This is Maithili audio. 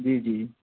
जी जी